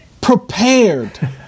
prepared